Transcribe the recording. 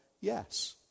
Yes